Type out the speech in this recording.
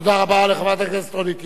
תודה רבה לחברת הכנסת רונית תירוש.